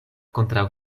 kontraŭ